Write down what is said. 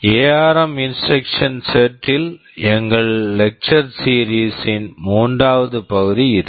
ARM ARM instruction set instruction set ல் எங்கள் lecture series lecture series ன் மூன்றாம் பகுதி இது